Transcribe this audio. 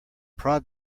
prod